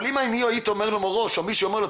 אבל אם הייתי אומר לו מראש או מישהו היה אומר לו,